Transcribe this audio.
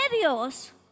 Dios